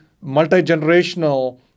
multi-generational